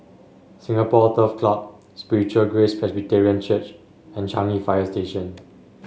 Singapore Turf Club Spiritual Grace Presbyterian Church and Changi Fire Station